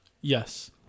Yes